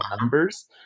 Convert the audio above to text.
numbers